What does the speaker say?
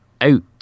out